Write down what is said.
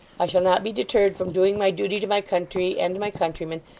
i shall not be deterred from doing my duty to my country and my countrymen,